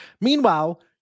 Meanwhile